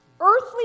Earthly